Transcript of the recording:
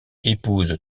épouse